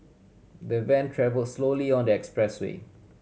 the van travel slowly on the expressway